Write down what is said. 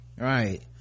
right